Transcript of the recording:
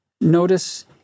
Notice